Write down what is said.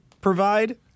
provide